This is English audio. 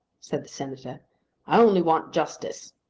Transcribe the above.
said the senator i only want justice.